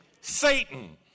Satan